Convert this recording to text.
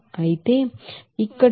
అయితే ఇక్కడ 0